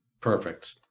Perfect